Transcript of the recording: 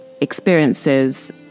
experiences